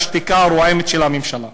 והשתיקה הרועמת של הממשלה.